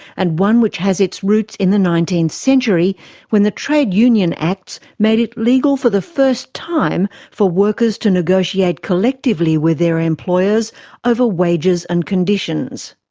and one which has its roots in the nineteenth century when the trade union acts made it legal for the first time for workers to negotiate collectively with their employers over wages and conditions.